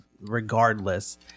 regardless